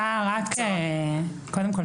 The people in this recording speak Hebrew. סליחה, אני מוציא את הנציגה שלי מהדיון.